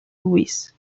louis